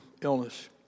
illness